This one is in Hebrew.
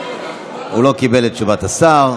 הוא לא קיבל את תשובת השר.